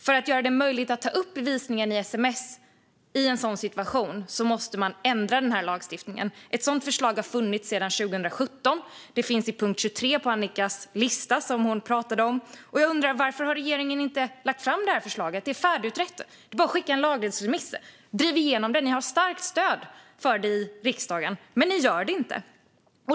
För att göra det möjligt att ta upp bevisning i sms i en sådan situation måste lagstiftningen ändras. Ett sådant förslag har funnits sedan 2017. Det finns i punkt 23 på Annikas lista, som hon pratade om. Jag undrar: Varför har regeringen inte lagt fram förslaget? Det är färdigutrett, och det är bara att skicka en lagrådsmiss. Driv igenom det! Ni har starkt stöd för detta i riksdagen, Annika Hirvonen, men ni gör det inte.